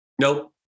Nope